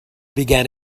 began